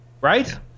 right